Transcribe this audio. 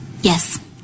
Yes